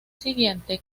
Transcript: siguiente